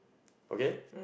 okay